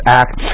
act